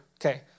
okay